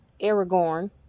aragorn